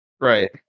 Right